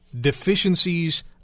deficiencies